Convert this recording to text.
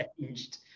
changed